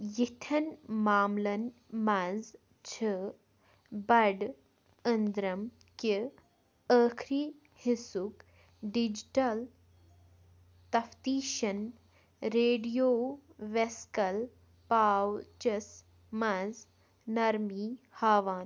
یِتھٮ۪ن معاملن منٛز چھِ بَڑِ أنٛدرم کہِ ٲخری حِصُک ڈِجِٹل تفتیٖشن ریڈیوویٚسِکل پاوچس منٛز نرمی ہاوان